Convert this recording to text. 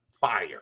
Fire